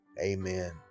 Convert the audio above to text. amen